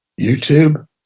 YouTube